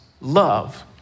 Love